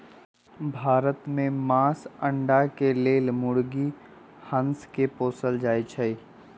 भारत में मास, अण्डा के लेल मुर्गी, हास के पोसल जाइ छइ